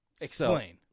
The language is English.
Explain